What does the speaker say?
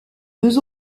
deux